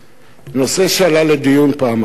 נושא שעלה לדיון לא פעם אחת,